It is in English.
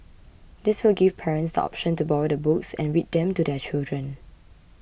this will give parents the option to borrow the books and read them to their children